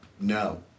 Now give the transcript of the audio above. No